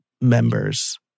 members